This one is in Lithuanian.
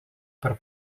per